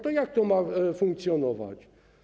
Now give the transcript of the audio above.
To jak to ma funkcjonować?